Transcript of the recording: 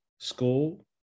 school